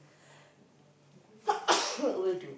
will do